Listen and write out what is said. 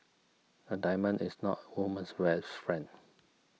a diamond is not a woman's rest friend